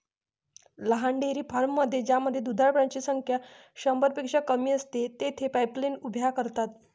लहान डेअरी फार्ममध्ये ज्यामध्ये दुधाळ प्राण्यांची संख्या शंभरपेक्षा कमी असते, तेथे पाईपलाईन्स उभ्या करतात